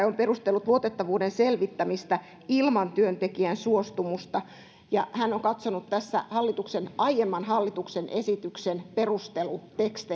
on perustellut luotettavuuden selvittämistä ilman työntekijän suostumusta hän on katsonut tässä aiemman hallituksen esityksen perustelutekstejä